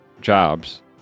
jobs